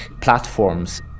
platforms